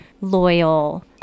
loyal